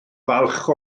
falch